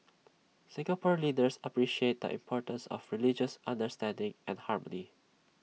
Singapore leaders appreciate the importance of religious understanding and harmony